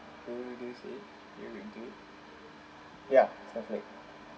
do do you see it do you read through ya sounds like